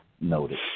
noted